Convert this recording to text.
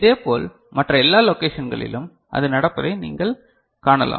இதேபோல் மற்ற எல்லா லொகேஷன்களிலும் அது நடப்பதை நீங்கள் காணலாம்